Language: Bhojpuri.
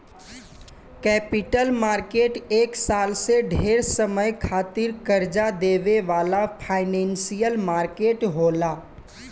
कैपिटल मार्केट एक साल से ढेर समय खातिर कर्जा देवे वाला फाइनेंशियल मार्केट होला